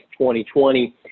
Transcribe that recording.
2020